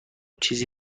چیز